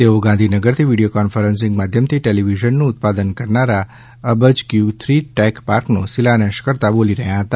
તેઓ ગાંધીનગરથી video conferencing માધ્યમથી ટેલીવિઝનનું ઉત્પાદન કરનારા અબજ ક્યુ થ્રી ટેક પાર્કનો શિલાન્યાસ કરતા બોલી રહ્યા હતા